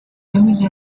those